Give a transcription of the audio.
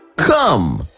come!